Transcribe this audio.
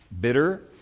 bitter